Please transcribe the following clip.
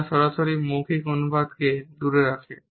যা সরাসরি মৌখিক অনুবাদকে দূরে রাখে